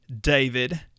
David